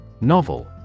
Novel